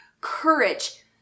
courage